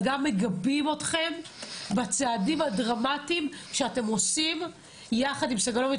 אבל גם מגבים אתכם בצעדים הדרמטיים שאתם עושים יחד עם סגלוביץ',